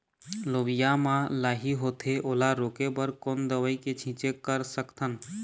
लोबिया मा लाही होथे ओला रोके बर कोन दवई के छीचें कर सकथन?